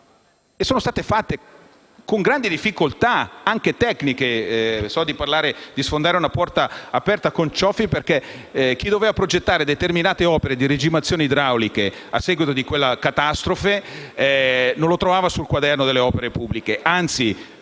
Sono state fatte con grandi difficoltà, anche tecniche. So di sfondare una porta aperta con il senatore Cioffi, perché chi doveva progettare determinate opere di regimazioni idrauliche a seguito di quella catastrofe, non le trovava scritte sul quaderno delle opere pubbliche. Anzi,